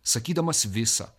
sakydamas visą